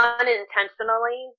Unintentionally